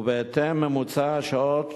ובהתאם, ממוצע השעות